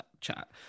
chat